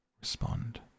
respond